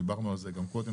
דיברנו על זה גם קודם.